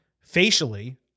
facially